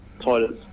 toilets